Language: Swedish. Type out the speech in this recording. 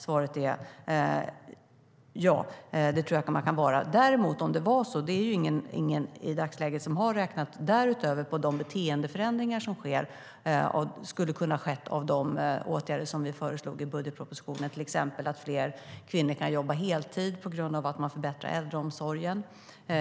Svaret är: Ja, det tror jag att jag kan vara. Det är ingen i dagsläget som därutöver har räknat på de beteendeförändringar som skulle ha kunnat ske av de åtgärder som vi föreslog i budgetpropositionen, till exempel att fler kvinnor kan jobba heltid på grund av förbättrad äldreomsorg.